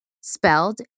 spelled